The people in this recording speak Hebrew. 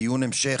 דיון ההמשך,